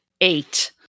eight